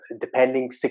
depending